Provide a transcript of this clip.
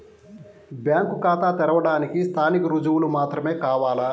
Bank ఖాతా తెరవడానికి స్థానిక రుజువులు మాత్రమే కావాలా?